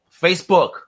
Facebook